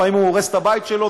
לפעמים הוא הורס את הבית שלו,